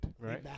Right